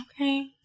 Okay